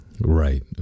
Right